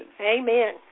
Amen